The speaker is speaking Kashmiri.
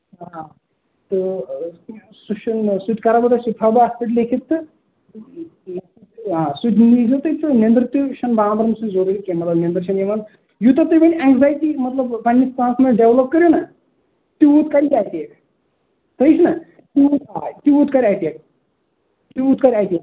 آ تہٕ سُہ چھُنہٕ سُہ تہِ کٔرِو نہٕ أسۍ یہِ تہِ تھاوٕ بہٕ اَتھ پٮ۪ٹھ لیٖکھِتھ تہٕ آ سُہ تہِ نیٖزیٚو تُہۍ نٮ۪نٛدٕر پِل بانٛبرنٕچ چھےٚ نہَ ضروٗرت مطلب نٮ۪نٛدٕر چھَنہٕ یِوان یوٗتاہ تُہۍ وۅنۍ اینٛزایٹی مطلب پَنٕنِس پانَس منٛز ڈیولَپ کَرو نا تیٛوٗت کَرِ یہِ اَٹیک تٔج نا تیٛوٗت کرِ اَٹیک تیٛوٗت کَرِ اَٹیک